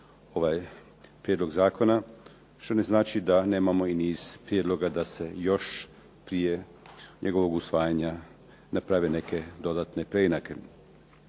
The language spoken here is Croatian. ovaj prijedlog zakona što ne znači da nemamo i niz prijedloga da se još prije njegovog usvajanja naprave neke dodatne preinake.